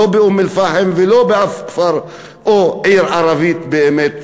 לא באום-אלפחם ולא באף כפר או עיר ערבית שהיא באמת